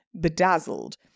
bedazzled